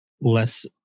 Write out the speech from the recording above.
less